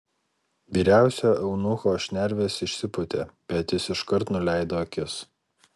vyriausiojo eunucho šnervės išsipūtė bet jis iškart nuleido akis